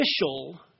official